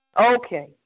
Okay